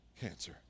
cancer